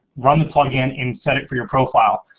run the plugin and set it for your profile.